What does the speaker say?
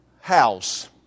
house